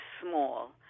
small—